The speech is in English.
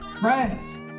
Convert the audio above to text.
friends